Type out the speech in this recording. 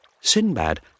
Sinbad